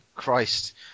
Christ